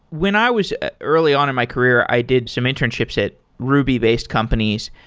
when i was early on in my career, i did some internships it ruby-based companies,